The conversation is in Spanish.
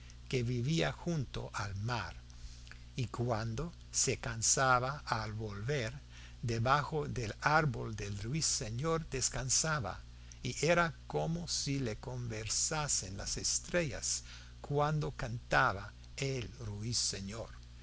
que vivía junto al mar y cuando se cansaba al volver debajo del árbol del ruiseñor descansaba y era como si le conversasen las estrellas cuando cantaba el ruiseñor